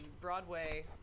Broadway